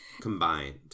combined